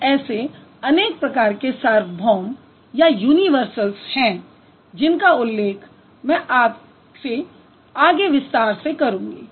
और ऐसे अनेक प्रकार के सार्वभौम हैं जिनका उल्लेख मैं आपसे आगे विस्तार से करूंगी